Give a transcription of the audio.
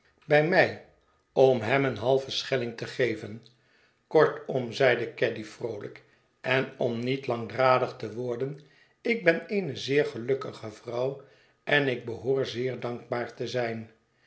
pt mij om hem een halven schelling te geven kortom zeide caddy vrooltjk en om niet langdradig te worden ik ben eene zeer gelukkige vrouw en ik behoor zeer dankbaar te zijn